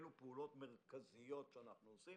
אלו פעולות מרכזיות שאנחנו עושים